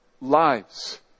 lives